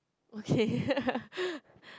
okay